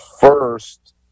first